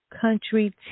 Country